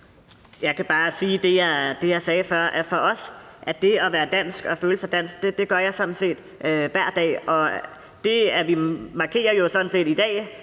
Jeg kan bare sige det, jeg sagde før: at det at være dansk og føle sig dansk gør jeg sådan set hver dag. I dag markerer vi jo også Danmark